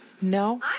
No